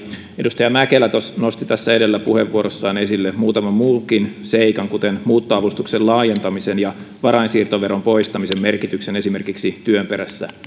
edustaja mäkelä nosti tässä edellä puheenvuorossaan esille muutaman muunkin seikan kuten muuttoavustuksen laajentamisen ja varainsiirtoveron poistamisen merkityksen esimerkiksi työn perässä